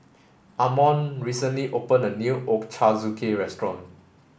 Amon recently opened a new Ochazuke restaurant